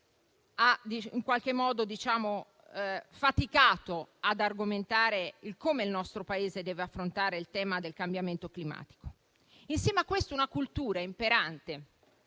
oggi ha faticato ad argomentare come il nostro Paese deve affrontare il tema del cambiamento climatico. Insieme a questo, c'è una cultura imperante